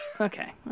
Okay